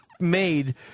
made